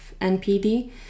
NPD